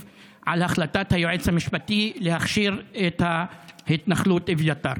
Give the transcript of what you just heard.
על החלטת היועץ המשפטי להכשיר את ההתנחלות אביתר?